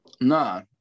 No